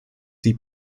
sie